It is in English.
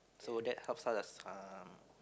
so that helps us um